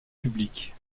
publiques